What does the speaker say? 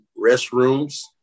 restrooms